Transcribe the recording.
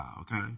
okay